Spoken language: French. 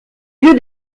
lieu